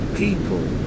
people